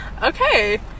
Okay